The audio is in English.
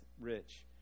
rich